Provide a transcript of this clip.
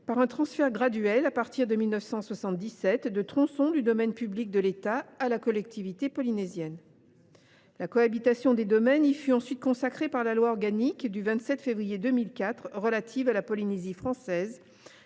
par un transfert graduel, à partir de 1977, de tronçons du domaine public de l’État à la collectivité polynésienne. La cohabitation des domaines y fut ensuite consacrée par la loi organique du 27 février 2004 portant statut d’autonomie de la Polynésie française,